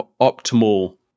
optimal